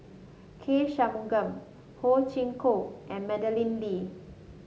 K Shanmugam Ho Chee Kong and Madeleine Lee